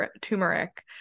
turmeric